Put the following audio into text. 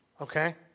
Okay